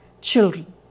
children